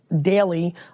daily